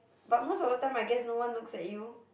but most of the time I guess no one looks at you